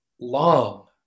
long